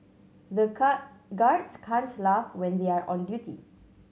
the car guards can't laugh when they are on duty